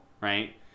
right